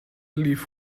lief